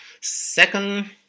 Second